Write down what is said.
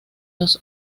los